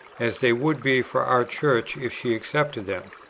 as they would be for our church if she accepted them.